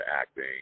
acting